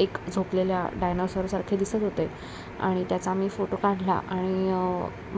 एक झोपलेल्या डायनॉसरसारखे दिसत होते आणि त्याचा मी फोटो काढला आणि